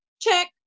check